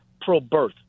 pro-birth